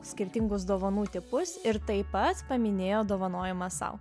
skirtingus dovanų tipus ir taip pat paminėjo dovanojimą sau